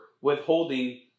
withholding